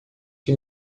que